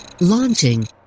Launching